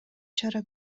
чара